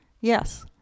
Yes